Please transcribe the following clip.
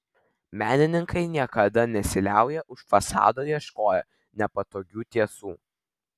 menininkai niekada nesiliauja už fasado ieškoję nepatogių tiesų